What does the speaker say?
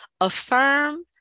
Affirm